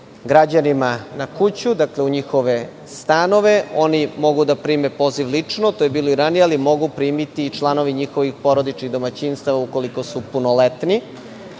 građanima na kuću, dakle, u njihove stanove. Oni mogu da prime poziv lično, to je bilo i ranije, ali mogu primiti i članovi njihovih porodičnih domaćinstava, ukoliko su punoletni.